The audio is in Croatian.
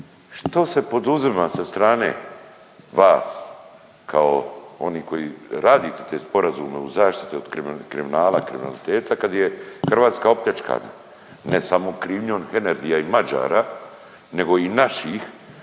što se poduzima sa strane vas kao onih koji radite te sporazume u zaštiti od kriminala, kriminaliteta kad je Hrvatska opljačkana ne samo krivnjom Hernadija i Mađara nego i naših.